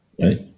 Right